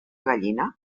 gallina